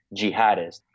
jihadist